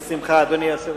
בשמחה, אדוני היושב-ראש.